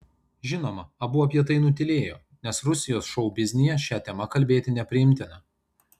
žinoma abu apie tai nutylėjo nes rusijos šou biznyje šia tema kalbėti nepriimtina